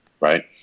right